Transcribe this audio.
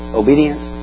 obedience